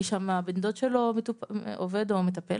כי שם בן דוד שלו עובד או מטפל